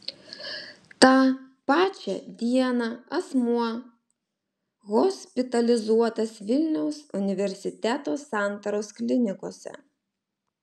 tą pačią dieną asmuo hospitalizuotas vilniaus universiteto santaros klinikose